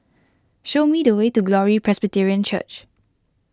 show me the way to Glory Presbyterian Church